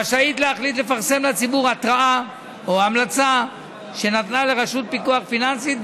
רשאית להחליט לפרסם לציבור התרעה או המלצה שניתנה לרשות פיקוח פיננסית,